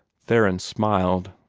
theron smiled.